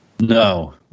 No